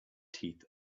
teeth